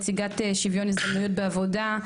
נציגת שוויון הזדמנויות בעבודה.